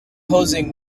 posing